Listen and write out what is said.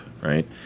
Right